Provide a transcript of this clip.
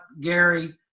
Gary